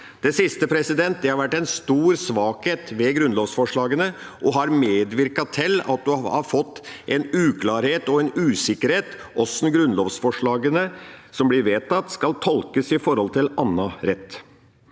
Det siste har vært en stor svakhet ved grunnlovsforslagene og har medvirket til at en har fått uklarhet og usikkerhet om hvordan grunnlovsforslagene som blir vedtatt, skal tolkes i forhold til annen rett.